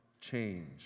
change